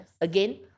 again